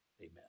Amen